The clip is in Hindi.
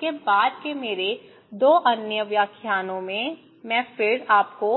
उसके बाद के मेरे 2 अन्य व्याख्यानों में मैं फिर आपको